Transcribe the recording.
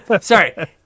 Sorry